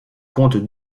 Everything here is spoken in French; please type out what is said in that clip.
comte